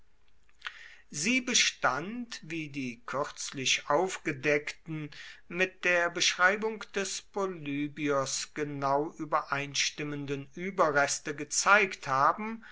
sie bestand wie die kürzlich aufgedeckten mit der beschreibung des polybios genau übereinstimmenden überreste gezeigt haben